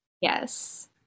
Yes